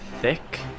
thick